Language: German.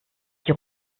die